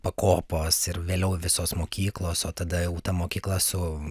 pakopos ir vėliau visos mokyklos o tada jau ta mokykla su